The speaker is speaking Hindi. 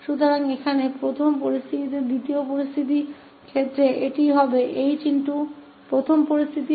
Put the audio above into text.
इसलिए यहां पहली स्थिति 2𝑡 1𝐻𝑡 1 के साथ पेश की गई है